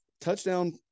touchdown